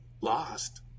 lost